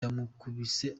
yamukubise